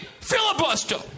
filibuster